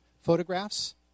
photographs